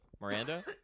Miranda